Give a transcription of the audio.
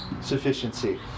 sufficiency